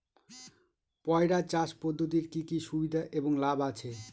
পয়রা চাষ পদ্ধতির কি কি সুবিধা এবং লাভ আছে?